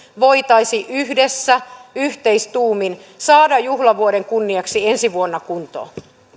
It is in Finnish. voitaisiin yhdessä yhteistuumin saada juhlavuoden kunniaksi ensi vuonna kuntoon